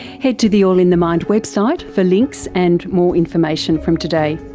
head to the all in the mind website for links and more information from today.